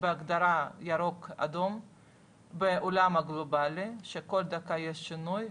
בהגדרה ירוק/אדום בעולם הגלובלי שכל דקה יש שינוי.